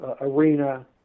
arena